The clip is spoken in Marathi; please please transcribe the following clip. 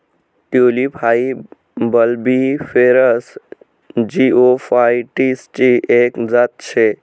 टयूलिप हाई बल्बिफेरस जिओफाइटसची एक जात शे